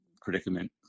predicament